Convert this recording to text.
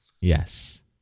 Yes